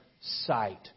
sight